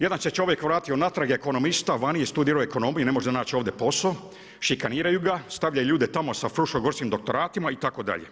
Jedan se čovjek vratio natrag, ekonomista vani je studirao ekonomiju ne može naći ovdje posao, šikaniraju ga, stavljaju ljude tamo sa fruškogorskim doktoratima itd.